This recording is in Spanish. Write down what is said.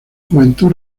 juventud